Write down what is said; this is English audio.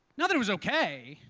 not that it was okay,